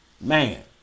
man